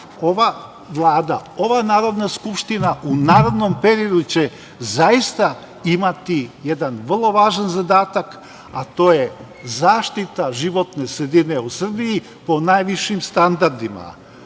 ova Vlada, ova Narodna skupština u narednom periodu će zaista imati jedan vrlo važan zadatak, a to je zaštita životne sredine u Srbiji po najvišim standardima. Mi